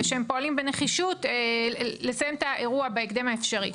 ושהם פועלים בנחישות לסיים את האירוע בהקדם האפשרי.